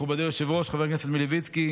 מכובדי היושב-ראש חבר הכנסת מלביצקי,